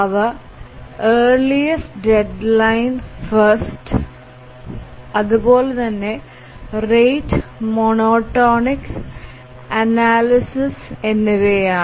അവ earliest deadline first rate monotonic analysis എന്നിവയാണ്